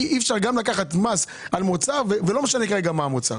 אי אפשר גם לקחת מס על מוצר ולא משנה כרגע מה המוצר